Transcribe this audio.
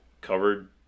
covered